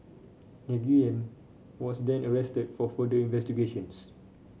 Nguyen was then arrested for further investigations